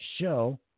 show